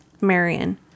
marion